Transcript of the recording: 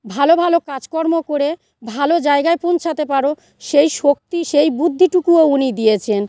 ভালো ভালো কাজকর্ম করে ভালো জায়গায় পৌঁছাতে পারো সেই শক্তি সেই বুদ্ধিটুকুও উনি দিয়েছেন